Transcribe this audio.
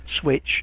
switch